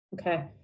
Okay